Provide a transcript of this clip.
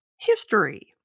History